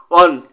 one